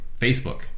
Facebook